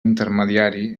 intermediari